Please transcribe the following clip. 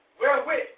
Wherewith